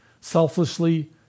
selflessly